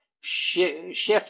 shift